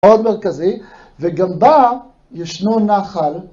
מאוד מרכזי, וגם בה ישנו נחל.